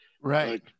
Right